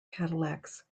cadillacs